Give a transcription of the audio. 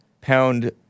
Pound